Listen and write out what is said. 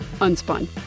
Unspun